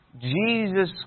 Jesus